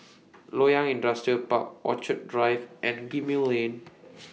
Loyang Industrial Park Orchid Drive and Gemmill Lane